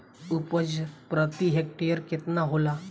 उपज प्रति हेक्टेयर केतना होला?